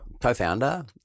co-founder